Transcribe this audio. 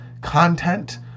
content